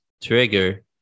trigger